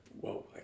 whoa